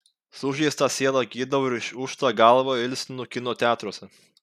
sužeistą sielą gydau ir išūžtą galvą ilsinu kino teatruose